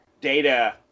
Data